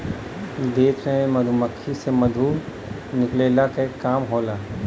देश में मधुमक्खी से मधु निकलला के काम होला